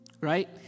right